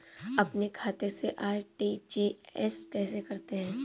अपने खाते से आर.टी.जी.एस कैसे करते हैं?